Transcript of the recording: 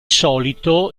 solito